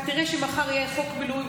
אתה תראה שמחר יהיה חוק מילואים,